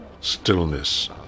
stillness